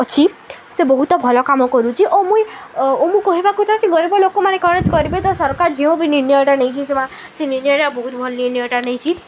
ଅଛି ସେ ବହୁତ ଭଲ କାମ କରୁଛି ଓ ମୁଇଁ ମୁଁ କହିବାକୁ ଗରିବ ଲୋକମାନେ କ'ଣ କରିବେ ତ ସରକାର ଯେଉଁ ବି ନିର୍ଣ୍ଣୟଟା ନେଇଛିି ସେ ସେ ନିର୍ଣ୍ଣୟଟା ବହୁତ ଭଲ ନିର୍ଣ୍ଣୟଟା ନେଇଛି